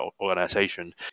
organization